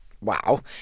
Wow